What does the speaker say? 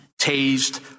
tased